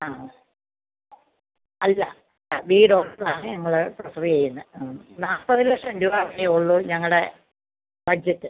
ആ അല്ല ആ വീട് ഒപ്പമാ ഞങ്ങൾ പ്രിഫറ് ചെയ്യുന്നത് ആ നാൽപ്പത് ലക്ഷം രൂപ വരെയുള്ളൂ ഞങ്ങളുടെ ബഡ്ജറ്റ്